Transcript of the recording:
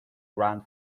grand